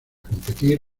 competir